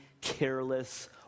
careless